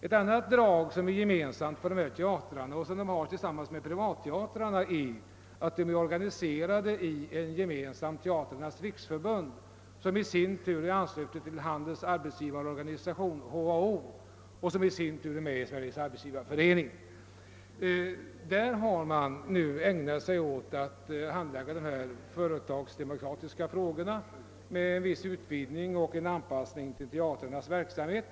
Ett annat drag som är gemensamt för dessa teatrar — och som de har tillsammans med privatteatrarna — är att de är organiserade i Teatrarnas riksförbund, vilket är anslutet till Handelns arbetsgivareorganisation, HAO, som i sin tur är med i Svenska arbetsgivareföreningen. Inom Teatrarnas riksförbund har man nu ägnat sig åt att söka anpassa företagsdemokratin till teatrarnas verksamhet.